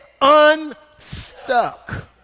unstuck